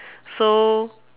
so